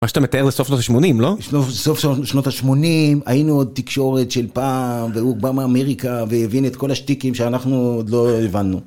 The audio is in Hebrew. מה שאתה מתאר לסוף שנות ה-80, לא? סוף שנות ה-80, היינו עוד תקשורת של פעם, והוא בא מאמריקה והבין את כל השטיקים שאנחנו עוד לא הבנו.